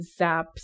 zaps